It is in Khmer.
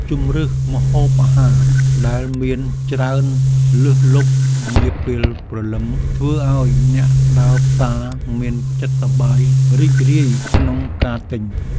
ជម្រើសម្ហូបអាហារដែលមានច្រើនលើសលប់នាពេលព្រលឹមធ្វើឱ្យអ្នកដើរផ្សារមានចិត្តសប្បាយរីករាយក្នុងការទិញ។